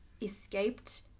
escaped